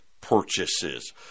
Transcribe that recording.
purchases